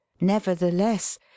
nevertheless